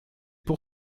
pour